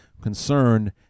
concerned